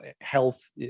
health